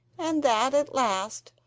and that, at last,